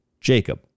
Jacob